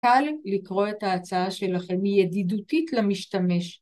‫קל לקרוא את ההצעה שלכם. ‫היא ידידותית למשתמש.